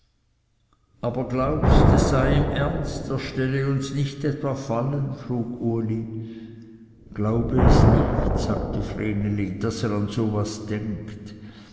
aber glaubst es sei ihm ernst er stelle uns nicht etwa fallen frug uli glaube es nicht sagte vreneli daß er an so was denkt